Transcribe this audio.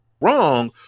wrong